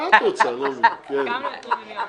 מה את רוצה, אני לא מבין.